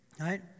Right